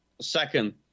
Second